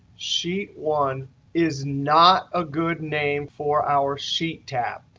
sheet one is not a good name for our sheet tab.